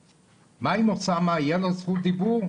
מה עם אוסאמה, תהיה לו זכות דיבור?